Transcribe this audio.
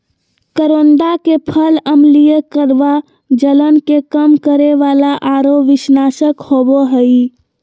करोंदा के फल अम्लीय, कड़वा, जलन के कम करे वाला आरो विषनाशक होबा हइ